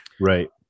right